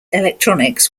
electronics